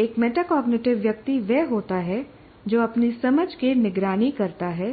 एक मेटाकॉग्निटिव व्यक्ति वह होता है जो अपनी समझ की निगरानी करता है